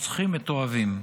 רוצחים מתועבים,